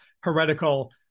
heretical